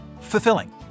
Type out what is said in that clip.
fulfilling